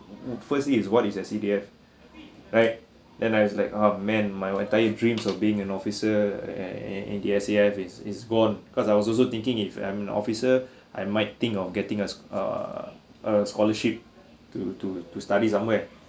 first is what is the S_C_D_F right then I was like oh man my entire dreams of being an officer uh in in the S_A_F is is gone cause I was also thinking if an officer I might think of getting a err a scholarship to to to study somewhere